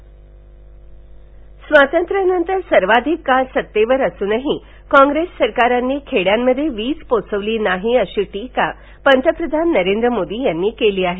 पंतप्रधान स्वातंत्र्यानंतर सर्वाधिक काळ सत्तेवर असूनही कॉग्रेस सरकारांनी खेडयांमध्ये वीज पोहोचवली नाही बशी टीका पंतप्रधान नरेंद्र मोदी यांनी केली आहे